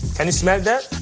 can you smell that?